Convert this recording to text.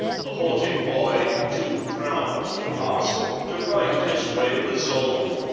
the haughty boy, too proud to ask, to find his way resolved,